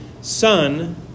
son